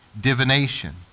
divination